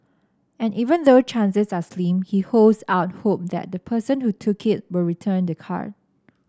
and even though chances are slim he holds out hope that the person who took it will return the card